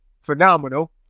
phenomenal